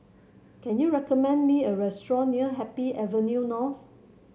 can you recommend me a restaurant near Happy Avenue North